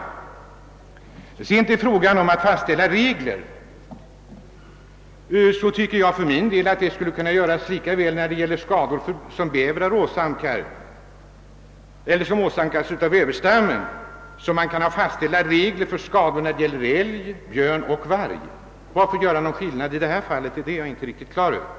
När det så gäller frågan om att fastställa regler, tycker jag för min del att sådana kunde fastställas lika väl beträffande skador åsamkade av bäverstammen som beträffande skador vållade av älg, björn och varg. Varför göra någon skillnad här? Den saken är jag inte riktigt klar över.